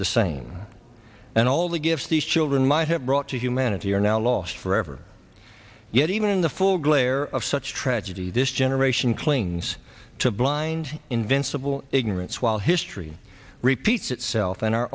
the same and all the gifts these children might have brought to humanity are now lost forever yet even in the full glare of such tragedy this generation clings to blind invincible ignorance while history repeats itself and our